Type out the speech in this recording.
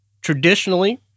traditionally